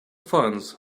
funds